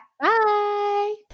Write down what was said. Bye